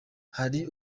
hari